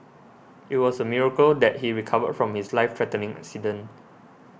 it was a miracle that he recovered from his life threatening accident